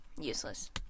useless